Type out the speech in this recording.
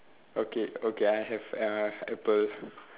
okay okay I have uh apple